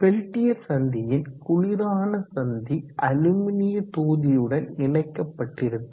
Peltier சந்தியின் குளிரான சந்தி அலுமினிய தொகுதியுடன் இணைக்கப்பட்டிருக்கும்